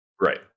Right